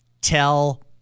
tell